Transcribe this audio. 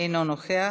אינו נוכח,